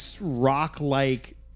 rock-like